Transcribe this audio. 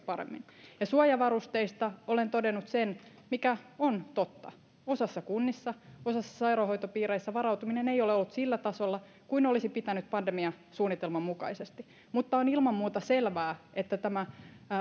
paremmin suojavarusteista olen todennut sen mikä on totta osassa kunnissa osassa sairaanhoitopiireissä varautuminen ei ole ollut sillä tasolla kuin olisi pitänyt pandemiasuunnitelman mukaisesti olla mutta on ilman muuta selvää että tämän